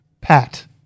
Pat